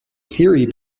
theory